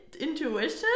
intuition